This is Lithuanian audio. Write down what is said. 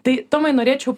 tai tomai norėčiau